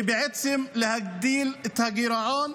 זה בעצם להגדיל את הגירעון,